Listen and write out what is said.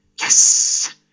yes